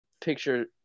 picture